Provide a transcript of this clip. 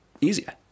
easier